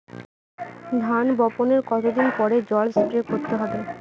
ধান বপনের কতদিন পরে জল স্প্রে করতে হবে?